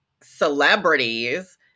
celebrities